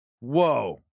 Whoa